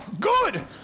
good